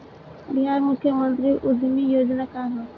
बिहार मुख्यमंत्री उद्यमी योजना का है?